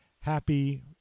happy